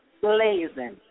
blazing